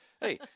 Hey